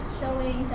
showing